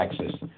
Texas